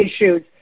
issues